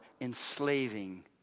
enslaving